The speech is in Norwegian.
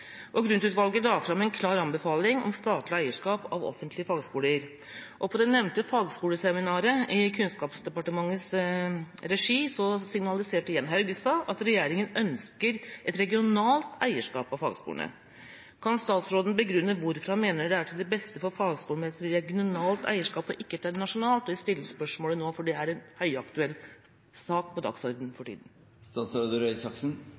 organisering. Grund-utvalget la fram en klar anbefaling om statlig eierskap av offentlige fagskoler. På det nevnte fagskoleseminaret i Kunnskapsdepartementets regi signaliserte igjen Haugstad at regjeringa ønsker et regionalt eierskap av fagskolene. Kan statsråden begrunne hvorfor han mener det er til det beste for fagskolene med et regionalt eierskap og ikke et nasjonalt? Jeg stiller spørsmålet nå, for det er en høyaktuell sak på dagordenen for